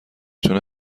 تونه